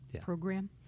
program